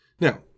Now